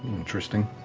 interesting.